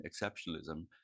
exceptionalism